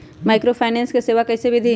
Microfinance के सेवा कइसे विधि?